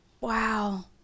Wow